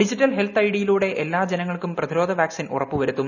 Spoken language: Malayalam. ഡിജിറ്റൽ ഹെൽത്ത് ഐഡിയിലൂടെ എല്ലാ ജനങ്ങൾക്കും പ്രതിരോധ വാക്സിൻ ഉറപ്പുവരുത്തും